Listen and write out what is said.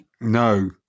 No